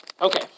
Okay